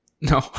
No